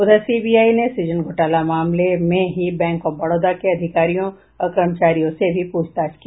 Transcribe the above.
उधर सीबीआई ने सृजन घोटाला मामले में ही बैंक आफ बड़ौदा के अधिकारियों और कर्मचारियों से भी पूछताछ की